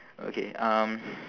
okay um